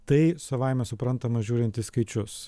tai savaime suprantama žiūrint į skaičius